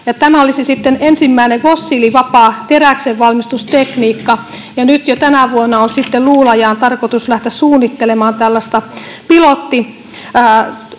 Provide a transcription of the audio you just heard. Tämä olisi ensimmäinen fossiilivapaa teräksenvalmistustekniikka, ja nyt jo tänä vuonna on sitten Luulajaan tarkoitus lähteä suunnittelemaan tällaista pilottivoimalaitosta.